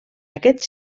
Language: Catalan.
aquests